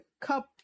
Cup